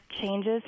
changes